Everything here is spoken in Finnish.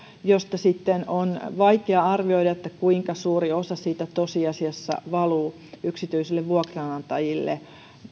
josta on vaikea arvioida kuinka suuri osa siitä tosiasiassa valuu yksityisille vuokranantajille